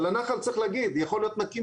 אבל צריך להגיד, הנחל יכול להיות מחר נקי,